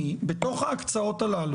עברה בקשקש ועכשיו רוצים להרחיב אותה.